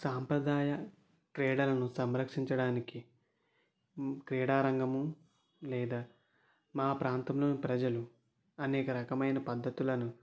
సాంప్రదాయ క్రీడలను సంరక్షించడానికి క్రీడారంగము లేదా మా ప్రాంతంలో ప్రజలు అనేక రకమైన పద్ధతులను